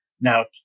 now